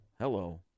hello